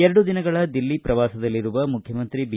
ಎರಡು ದಿನಗಳ ದಿಲ್ಲಿ ಪ್ರವಾಸದಲ್ಲಿರುವ ಮುಖ್ಯಮಂತ್ರಿಬಿ